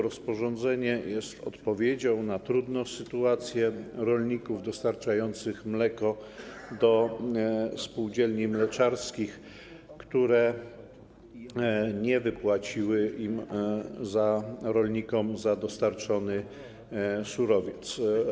Rozporządzenie jest odpowiedzią na trudną sytuację rolników dostarczających mleko do spółdzielni mleczarskich, które nie wypłaciły rolnikom środków za dostarczony surowiec.